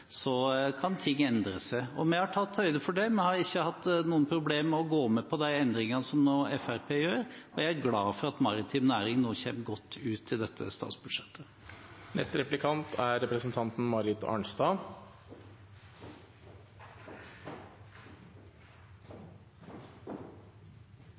kan ting endre seg. Vi har tatt høyde for det, vi har ikke hatt noe problem med å gå med på de endringene som Fremskrittspartiet gjør. Jeg er glad for at maritim næring nå kommer godt ut i dette